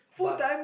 but